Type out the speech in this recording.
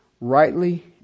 rightly